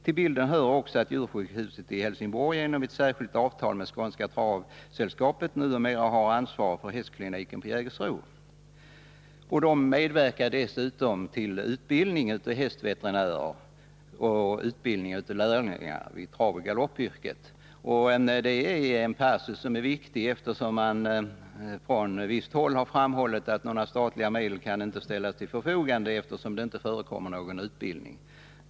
Till bilden hör också att djursjukhuset i Helsingborg genom ett särskilt avtal med Skånska Travsällskapet numera har ansvaret för hästkliniken på Jägersro och dessutom medverkar i utbildning av hästveterinärer och utbildning av lärlingar i travoch galoppyrket. Det är en viktig passus, eftersom man från visst håll har framhållit att några statliga medel inte kan ställas till förfogande på grund av att det inte förekommer någon utbildning.